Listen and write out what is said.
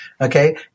Okay